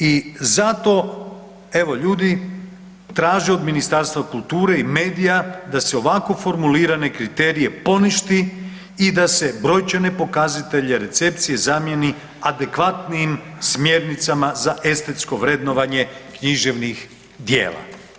I zato evo, ljudi, traže od Ministarstva kulture i medija da se ovako formulirane kriterije poništi i da se brojčane pokazatelje recepcije zamjeni adekvatnijim smjernicama za estetsko vrednovanje književnih djela.